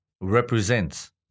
represents